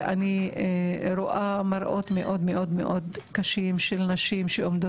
אני רואה מראות מאוד מאוד קשים של נשים,